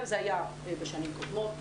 זה היה גם בשנים קודמות.